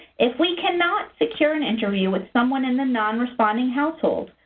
if we cannot secure an interview with someone in the non-responding households,